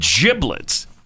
giblets